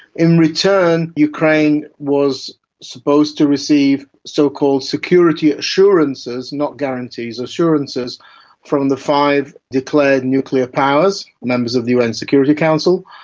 in return, ukraine was supposed to receive so-called security assurances not guarantees, assurances from the five declared nuclear powers, members of the un security council.